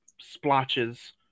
splotches